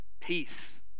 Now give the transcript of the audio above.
peace